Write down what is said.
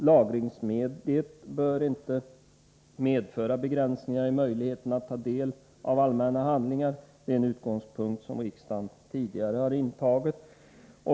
Lagringsmediet bör inte medföra begränsningar i möjligheterna att ta del av allmänna handlingar. Det är en utgångspunkt som riksdagen tidigare har intagit.